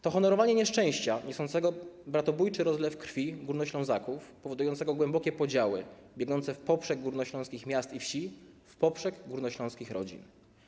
To honorowanie nieszczęścia niosącego bratobójczy rozlew krwi Górnoślązaków, powodującego głębokie podziały biegnące w poprzek górnośląskich miast i wsi, w poprzek górnośląskich rodzin.